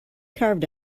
carved